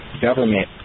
government